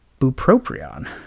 bupropion